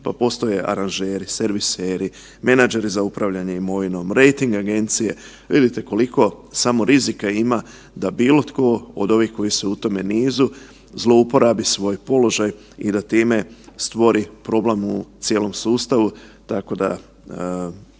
pa postoje aranžeri, serviseri, menadžeri na upravljanje imovinom, rejting agencije, vidite koliko samo rizika ima da bilo tko od ovih koji su u tome nizu zlouporabe svoj položaj i da time stvori problem u cijelom sustavu, tako da